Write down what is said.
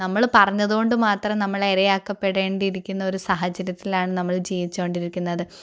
നമ്മള് പറഞ്ഞതുകൊണ്ട് മാത്രം നമ്മൾ ഇര ആക്കപ്പെടേണ്ടിയിരിക്കുന്ന ഒരു സാഹചര്യത്തിലാണ് നമ്മൾ ജീവിച്ചു കൊണ്ടിരിക്കുന്നത്